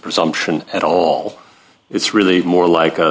presumption at all it's really more like a